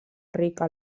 rica